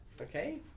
Okay